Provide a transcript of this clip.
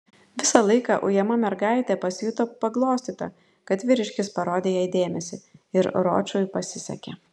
visą laiką ujama mergaitė pasijuto paglostyta kad vyriškis parodė jai dėmesį ir ročui pasisekė